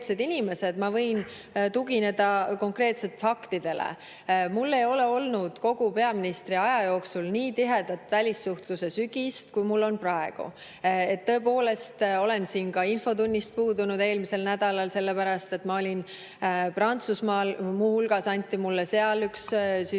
ma võin tugineda konkreetselt faktidele. Mul ei ole olnud kogu peaministriaja jooksul nii tihedat välissuhtluse sügist, kui mul on praegu. Puudusin ka infotunnist eelmisel nädalal, sellepärast et ma olin Prantsusmaal. Muu hulgas anti mulle seal üks kõrge